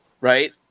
right